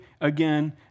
again